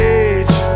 age